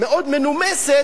מאוד מנומסת,